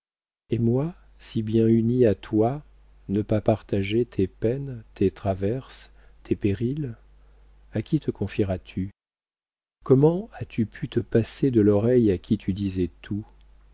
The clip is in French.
et moi si bien unie à toi ne pas partager tes peines tes traverses tes périls a qui te confieras tu comment as-tu pu te passer de l'oreille à qui tu disais